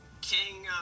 King